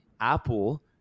Apple